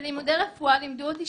בלימודי רפואה לימדו אותי,